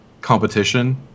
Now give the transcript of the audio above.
competition